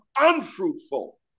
unfruitful